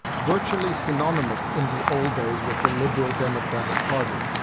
virtually synonymous in the old days with the liberal democratic party,